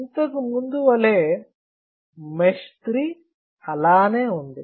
ఇంతకు ముందు వలె మెష్ 3 అలానే ఉంది